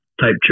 type